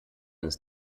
ist